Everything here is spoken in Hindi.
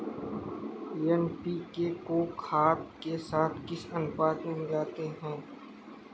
एन.पी.के को खाद के साथ किस अनुपात में मिलाते हैं?